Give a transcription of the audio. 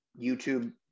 YouTube